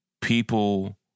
people